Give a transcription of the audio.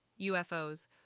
UFOs